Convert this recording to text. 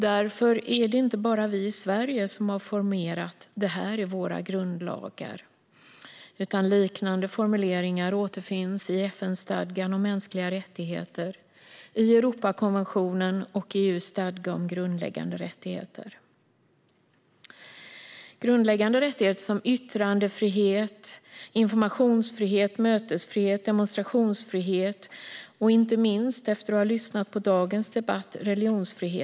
Därför är det inte bara vi i Sverige som har formerat detta i våra grundlagar, utan liknande formuleringar återfinns i FN-stadgan om mänskliga rättigheter, i Europakonventionen och i EU:s stadga om grundläggande rättigheter. Det handlar om grundläggande rättigheter som yttrandefrihet, informationsfrihet, mötesfrihet, demonstrationsfrihet och inte minst, efter att ha lyssnat på dagens debatt, religionsfrihet.